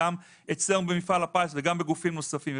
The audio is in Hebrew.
גם אצלנו במפעל הפיס וגם בגופים נוספים.